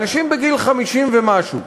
אנשים בגיל 50 ומשהו,